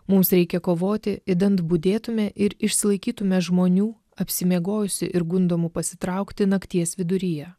mums reikia kovoti idant budėtume ir išsilaikytume žmonių apsimiegojusių ir gundomų pasitraukti nakties viduryje